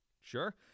Sure